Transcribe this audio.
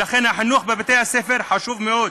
ולכן, החינוך בבתי-הספר חשוב מאוד.